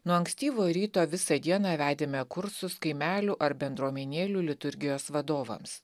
nuo ankstyvo ryto visą dieną vedėme kursus kaimelių ar bendruomenėlių liturgijos vadovams